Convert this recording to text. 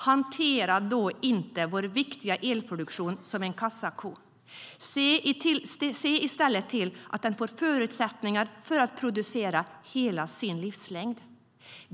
Hantera då inte vår viktiga elproduktion som en kassako! Se i stället till att den får förutsättningar att producera under hela sin livslängd.